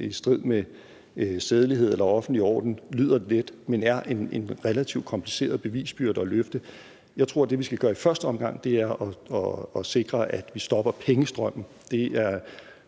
i strid med sædelighed eller offentlig orden, lyder let, men er en relativt kompliceret bevisbyrde at løfte. Jeg tror, at det, vi skal gøre i første omgang, er at sikre, at vi stopper pengestrømmen.